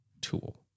tool